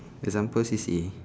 example C_C_A